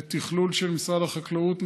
בתכלול של משרד החקלאות,